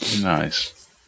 Nice